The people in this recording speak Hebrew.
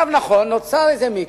עכשיו נכון, נוצר איזה מיתוס,